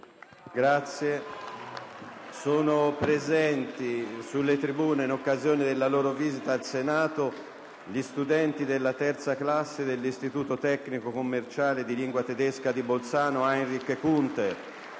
che sono presenti nelle tribune, in occasione della loro visita al Senato, gli studenti della 3a classe dell'Istituto tecnico commerciale in lingua tedesca di Bolzano «Heinrich Kunter»,